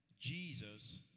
Jesus